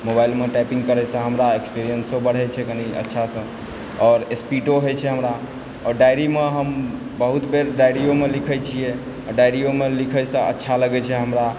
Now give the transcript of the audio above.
मोबाइलमे टाइपिंग करयसँ हमरा एक्सपीरियेन्सो बढ़ै छै कनि अच्छासँ आओर स्पीदो होइ छै हमरा आओर डायरीमे हम बहुत बेर डायरिओमे हम लिखय छियै डायरिओमे लिखयसे अच्छा लगै छै हमरा